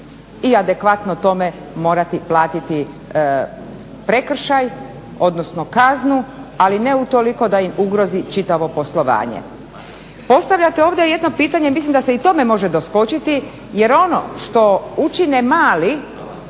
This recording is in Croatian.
i adekvatno tome morati platiti prekršaj odnosno kaznu, ali ne utoliko da im ugrozi čitavo poslovanje. Postavljate ovdje jedno pitanje, mislim da se može i tome doskočiti, jer ono što učine mali